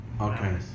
Okay